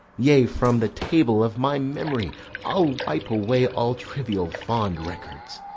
yea, from the table of my memory i'll wipe away all trivial fond records,